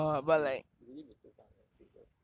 !wah! it's really been too fast eh six years